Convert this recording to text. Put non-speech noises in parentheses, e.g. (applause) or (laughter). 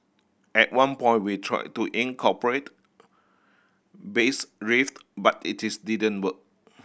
at one point we tried to incorporate bass riff (unintelligible) but it didn't work